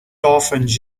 dolphins